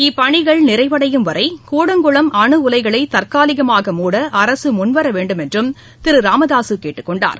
இப்பணிகள் நிறைவடையும் வரை கூடங்குளம் அனு உலைகளை தற்காலிகமாக மூட அரசு முன்வர வேண்டும் என்று திரு ராமதாசு கேட்டுக்கொண்டார்